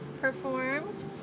performed